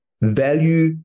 Value